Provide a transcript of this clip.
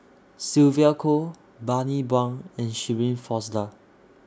Sylvia Kho Bani Buang and Shirin Fozdar